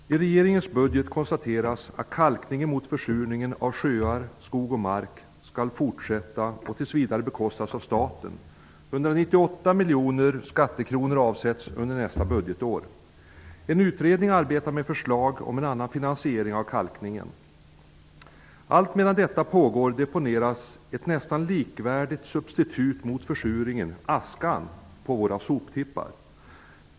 Herr talman! I regeringens budget konstateras att kalkning mot försurningen av sjöar, skog och mark skall fortsätta och tills vidare bekostas av staten. 198 miljoner skattekronor avsätts under nästa budgetår. En utredning arbetar med förslag om en annan finansiering av kalkningen. Alltmedan detta pågår deponeras ett nästan likvärdigt substitut mot försurningen, nämligen askan, på våra soptippar.